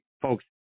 folks